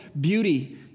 beauty